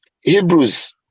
Hebrews